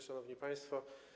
Szanowni Państwo!